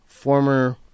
Former